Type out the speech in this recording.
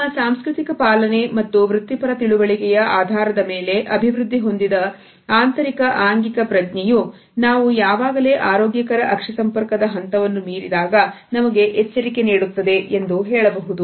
ನಮ್ಮ ಸಾಂಸ್ಕೃತಿಕ ಪಾಲನೆ ಮತ್ತು ವೃತ್ತಿಪರ ತಿಳುವಳಿಕೆಯ ಆಧಾರದ ಮೇಲೆ ಅಭಿವೃದ್ಧಿಹೊಂದಿದ ಆಂತರಿಕ ಆಂಗಿಕ ಪ್ರಜ್ಞೆಯೂ ನಾವು ಯಾವಾಗಲೇ ಆರೋಗ್ಯಕರ ಪಕ್ಷಿ ಸಂಪರ್ಕದ ಹಂತವನ್ನು ಮೀರಿದಾಗ ನಮಗೆ ಎಚ್ಚರಿಕೆ ನೀಡುತ್ತದೆ ಎಂದು ಹೇಳಬಹುದು